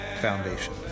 Foundation